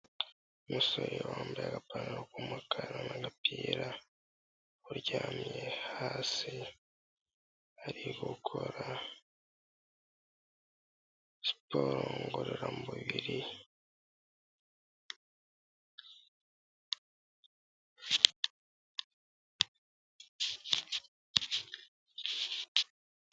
Umusore wambaye agapantaro k'umukara n'agapira uryamye hasi ari gukora siporo ngororamubiri.